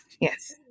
yes